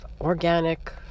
organic